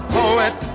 poet